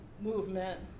movement